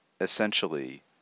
essentially